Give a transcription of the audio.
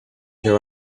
their